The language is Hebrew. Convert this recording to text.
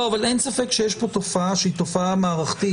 אבל אין ספק שיש פה תופעה שהיא תופעה מערכתית,